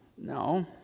No